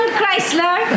Chrysler